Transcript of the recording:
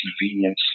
convenience